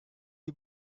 you